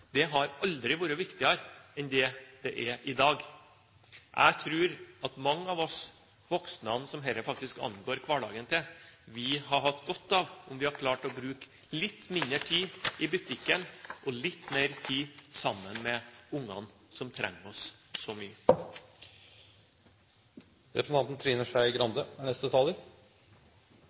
har aldri vært viktigere enn i dag. Jeg tror at mange av oss voksne som dette angår hverdagen til, hadde hatt godt av om vi hadde klart å bruke litt mindre tid i butikken og litt mer tid sammen med ungene som trenger oss så mye.